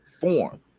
form